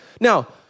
Now